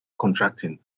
contracting